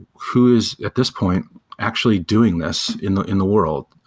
who's at this point actually doing this in the in the world?